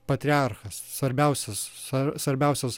patriarchas svarbiausias svarbiausias